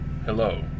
Hello